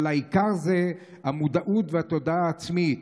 אבל העיקר זה המודעות והתודעה העצמית.